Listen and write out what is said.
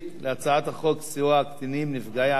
חוק סיוע לקטינים נפגעי עבירות מין,